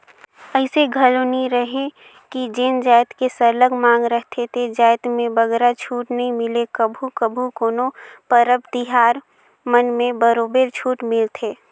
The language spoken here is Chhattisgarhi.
अइसे घलो नी रहें कि जेन जाएत के सरलग मांग रहथे ते जाएत में बगरा छूट नी मिले कभू कभू कोनो परब तिहार मन म बरोबर छूट मिलथे